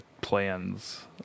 plans